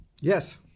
Yes